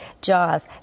Jaws